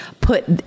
put